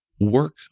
work